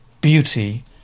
beauty